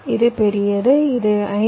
இது பெரியது இது 5